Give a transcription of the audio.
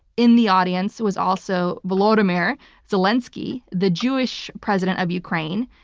in the audience was also volodymyr zelensky, the jewish president of ukraine.